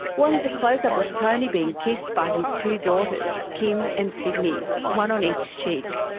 one is a close-up of tony being kissed by his two daughters kim and cidney, one on each cheek.